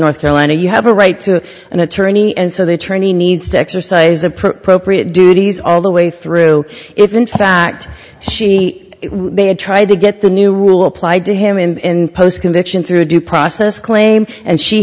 north carolina you have a right to an attorney and so they turn he needs to exercise appropriate duties all the way through if in fact she had tried to get the new rule applied to him in post conviction through due process claim and she